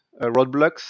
roadblocks